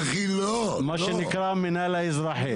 שנקרא המינהל האזרחי.